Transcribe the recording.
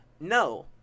No